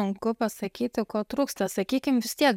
sunku pasakyti ko trūksta sakykim vis tiek